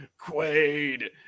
quaid